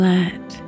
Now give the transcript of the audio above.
Let